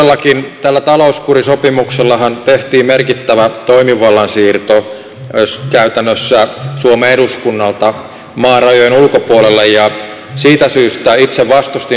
todellakin tällä talouskurisopimuksellahan tehtiin merkittävä toimivallan siirto käytännössä suomen eduskunnalta maan rajojen ulkopuolelle ja siitä syystä itse vastustin sitä